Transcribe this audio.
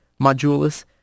modulus